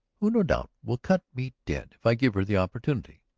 who, no doubt, will cut me dead if i give her the opportunity.